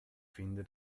finde